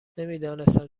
نمیدانستم